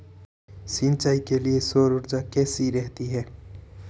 सिंचाई के लिए सौर ऊर्जा कैसी रहती है?